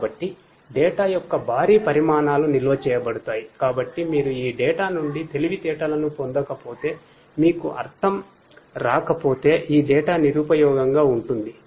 కాబట్టి డేటా నిరుపయోగంగా ఉంటుంది